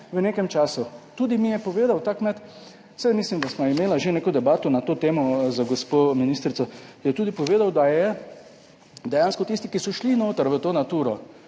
v nekem času. Tudi mi je povedal ta kmet, saj mislim, da sva imela že neko debato na to temo z gospo ministrico je tudi povedal, da je dejansko tisti, ki so šli noter v to Naturo,